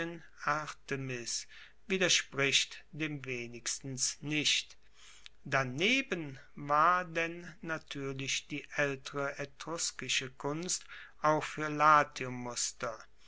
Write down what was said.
artemis widerspricht dem wenigstens nicht daneben war denn natuerlich die aeltere etruskische kunst auch fuer latium muster